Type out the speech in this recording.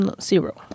zero